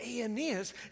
Aeneas